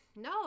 No